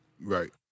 Right